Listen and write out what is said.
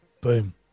Boom